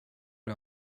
det